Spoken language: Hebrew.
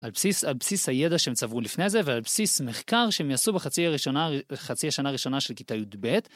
על בסיס הידע שהם צברו לפני זה ועל בסיס מחקר שהם יעשו בחצי השנה הראשונה של כיתה י"ב.